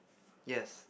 yes